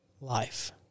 life